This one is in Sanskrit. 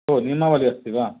ओ नियमावली अस्ति वा